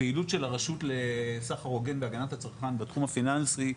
הפעילות של הרשות לסחר הוגן של הגנת הצרכן בתחום הפיננסי,